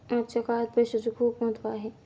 आजच्या काळात पैसाचे खूप महत्त्व आहे